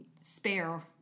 spare